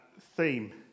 theme